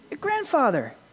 grandfather